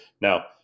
Now